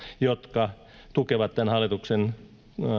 jotka tukevat tämän hallituksen